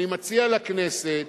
אני מציע לכנסת